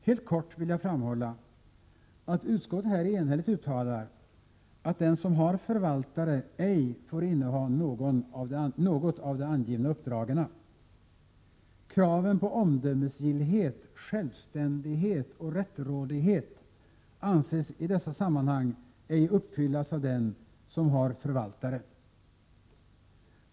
Helt kort vill jag framhålla att utskottet här enhälligt uttalar att den som har förvaltare ej får inneha något av de angivna uppdragen. Kraven på omdömesgillhet, självständighet och rättrådighet anses i dessa sammanhang ej uppfyllas av den som har förvaltare.